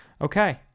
Okay